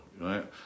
right